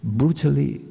brutally